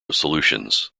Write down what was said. solutions